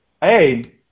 hey